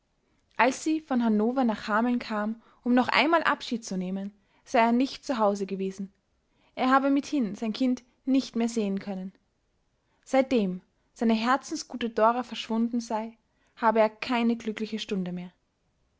als sie von hannover nach hameln kam um noch einmal abschied zu nehmen sei er nicht zu hause gewesen er habe mithin sein kind nicht mehr sehen können seitdem seine herzensgute dora verschwunden sei habe er keine glückliche stunde mehr